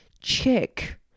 Check